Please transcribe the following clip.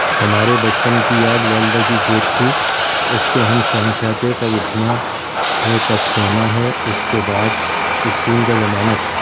ہمارے بچپن کی یاد والدہ کی گود تھی اس کے ہم شہنشاہ تھے کب اٹھنا ہے کب سونا ہے اس کے بعد اسکول کا زمانہ تھا